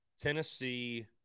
Tennessee